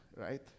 right